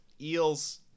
eels